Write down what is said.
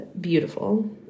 beautiful